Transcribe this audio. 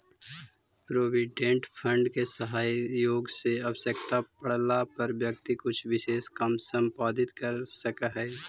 provident fund के सहयोग से आवश्यकता पड़ला पर व्यक्ति कुछ विशेष काम संपादित कर सकऽ हई